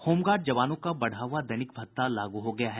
home guard जवानों का बढ़ा हुआ दैनिक भत्ता लागू हो गया है